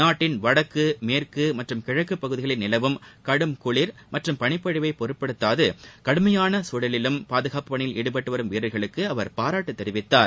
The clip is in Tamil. நாட்டின் வடக்கு மேற்கு மற்றும் கிழக்கு பகுதிகளில் நிலவும் கடும் குளிர் மற்றும் பனிப்பொழிவை பொருட்படுத்தாது கடுமையான சூழலிலும் பாதுகாப்புப்பணியில் ஈடுபட்டு வரும் வீரர்களுக்கு அவர் பாராட்டு தெரிவித்தார்